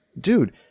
dude